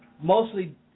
mostly